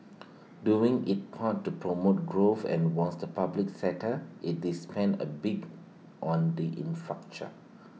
doing its part to promote growth and was the public sector IT is spent A big on the in facture